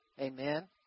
Amen